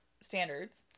standards